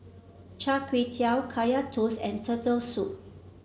Char Kway Teow Kaya Toast and Turtle Soup